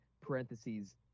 parentheses